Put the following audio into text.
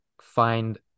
find